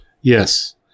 Yes